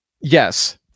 Yes